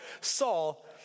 Saul